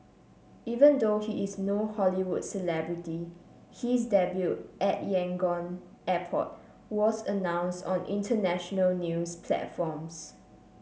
even though he is no Hollywood celebrity his debut at Yangon airport was announced on international news platforms